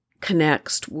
connects